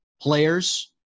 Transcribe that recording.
players